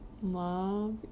Love